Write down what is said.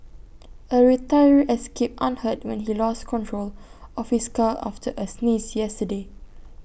A retiree escaped unhurt when he lost control of his car after A sneeze yesterday